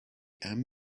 and